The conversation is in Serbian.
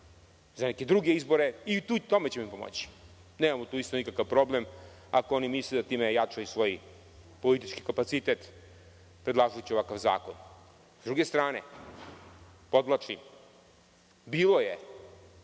za neke druge izbore i u tome ćemo im pomoći. Nemamo nikakav problem, ako oni misle da time jačaju svoj politički kapacitet predlažući ovakav zakon. Sa druge strane, podvlačim, bilo je